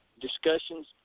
discussions